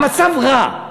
המצב רע.